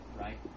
right